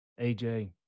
AJ